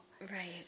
Right